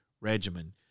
regimen